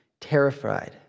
terrified